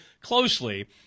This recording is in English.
closely